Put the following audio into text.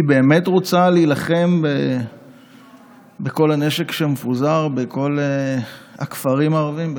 היא באמת רוצה להילחם בכל הנשק שמפוזר בכל הכפרים הערביים,